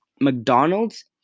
McDonald's